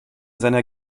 seiner